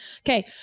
Okay